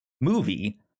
movie